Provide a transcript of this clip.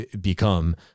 become